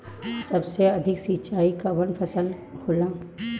सबसे अधिक सिंचाई कवन फसल में होला?